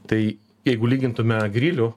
tai jeigu lygintume grilių